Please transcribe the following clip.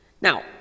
now